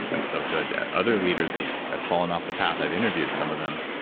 i'm so good. other leaders have fallen off the path, i've interviewed some of them.